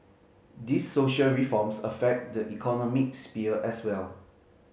these social reforms affect the economic sphere as well